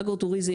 אגרוטוריזם,